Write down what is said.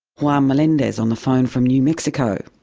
juan melendez on the phone from new mexico.